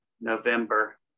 November